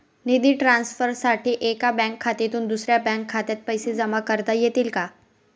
निधी ट्रान्सफरसाठी एका बँक खात्यातून दुसऱ्या बँक खात्यात पैसे जमा करता येतील का?